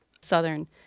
southern